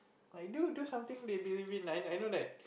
like do do something they believe in I I I know that